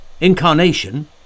Incarnation